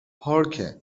پارکه